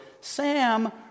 Sam